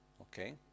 okay